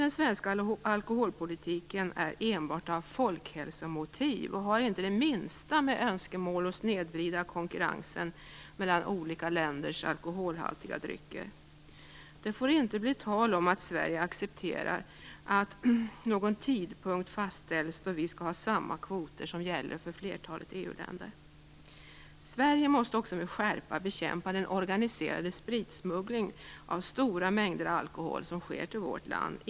Den svenska alkoholpolitiken har enbart folkhälsomotiv och har inte det minsta att göra med önskemål att snedvrida konkurrensen mellan olika länders alkoholhaltiga drycker. Det får inte bli tal om att Sverige accepterar att någon tidpunkt fastställs då vi skall ha samma kvoter som de som nu gäller för flertalet EU-länder. Sverige måste också med skärpa bekämpa den organiserade spritsmugglingen av stora mängder alkohol som sker till vårt land.